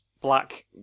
black